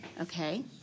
Okay